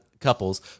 Couples